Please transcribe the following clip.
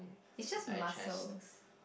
it's just muscles